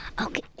Okay